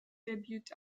debut